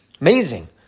Amazing